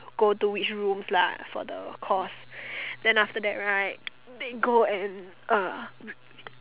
go to which rooms lah for the course then after that right they go and uh